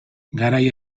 garai